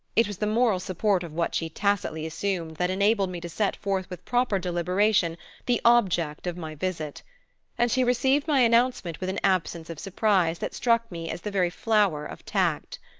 it was the moral support of what she tacitly assumed that enabled me to set forth with proper deliberation the object of my visit and she received my announcement with an absence of surprise that struck me as the very flower of tact.